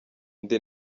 indi